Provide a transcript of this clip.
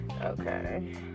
Okay